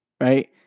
right